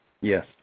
Yes